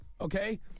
Okay